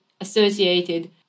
associated